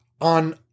on